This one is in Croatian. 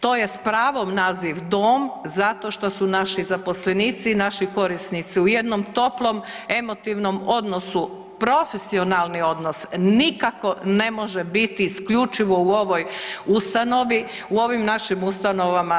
To je s pravom naziv dom zato što su naši zaposlenici i naši korisnici u jednom toplom emotivnom odnosu, profesionalni odnos nikako ne može biti isključivo u ovoj ustanovi, u ovim našim ustanovama.